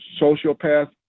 sociopath